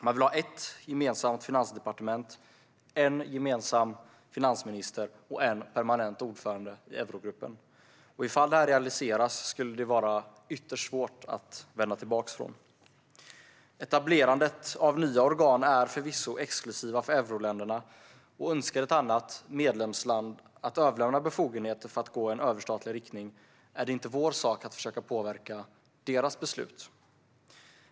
Man vill ha ett gemensamt finansdepartement, en gemensam finansminister och en permanent ordförande i eurogruppen. Om detta realiseras skulle det vara ytterst svårt att vända tillbaka. Etablerandet av nya organ är förvisso exklusiva för euroländerna, och önskar ett annat medlemsland att överlämna befogenheter för att gå i en överstatlig riktning är det inte vår sak att försöka påverka dess beslut.